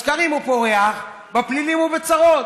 בסקרים הוא פורח, בפלילי הוא בצרות.